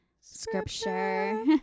scripture